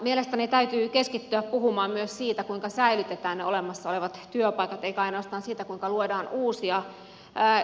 mielestäni täytyy keskittyä puhumaan myös siitä kuinka säilytetään olemassa olevat työpaikat eikä ainoastaan siitä kuinka luodaan uusia